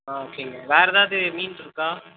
ஆ ஓகேங்க வேற எதாவது மீன் இருக்கா